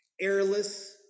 airless